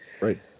Right